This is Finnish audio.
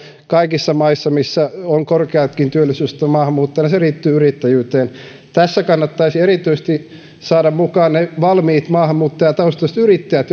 kaikissa maissa missä on korkeakin työllisyys maahanmuuttajilla työ liittyy yrittäjyyteen tässä kannattaisi saada mukaan erityisesti ne valmiit maahanmuuttajataustaiset yrittäjät